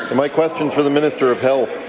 and my question is for the minister of health.